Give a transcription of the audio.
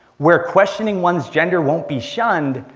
where questioning one's gender won't be shunned,